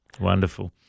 Wonderful